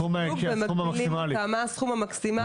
את הסכום המקסימלי.